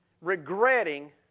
regretting